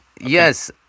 Yes